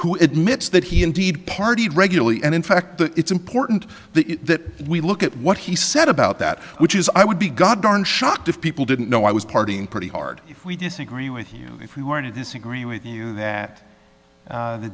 who admits that he indeed partied regularly and in fact that it's important that we look at what he said about that which is i would be god darn shocked if people didn't know i was partying pretty hard if we disagree with you if we were to disagree with you that